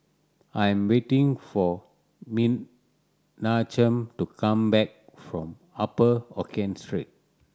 I am waiting for Menachem to come back from Upper Hokkien Street